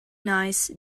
nice